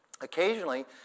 occasionally